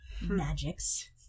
Magics